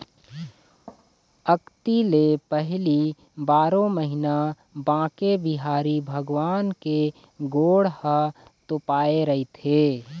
अक्ती ले पहिली बारो महिना बांके बिहारी भगवान के गोड़ ह तोपाए रहिथे